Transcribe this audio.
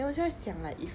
then 我就在想 like if